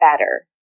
better